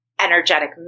energetic